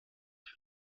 für